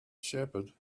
shepherd